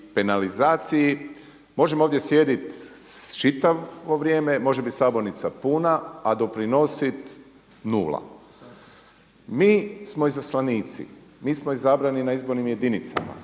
penalizaciji. Možemo ovdje sjediti čitavo vrijeme, može biti sabornica puna a doprinositi nula. Mi smo izaslanici, mi smo izabrani na izbornim jedinicama,